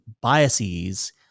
biases